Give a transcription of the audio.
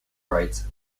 rights